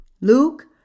Luke